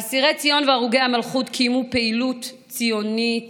אסירי ציון והרוגי המלכות קיימו פעילות ציונית